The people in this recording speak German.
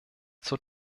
zur